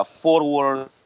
forward